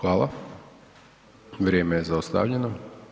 Vrijeme je zaustavljeno.